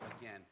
again